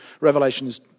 Revelation's